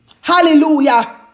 Hallelujah